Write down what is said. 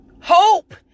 Hope